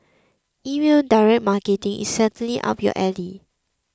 email direct marketing is certainly up your alley